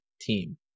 Team